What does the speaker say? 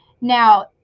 Now